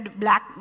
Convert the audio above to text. black